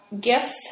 gifts